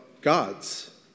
gods